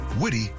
witty